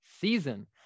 season